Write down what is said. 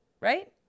right